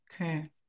Okay